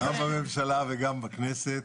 גם בממשלה וגם בכנסת.